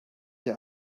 der